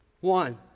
One